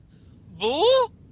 Boo